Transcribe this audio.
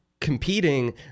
competing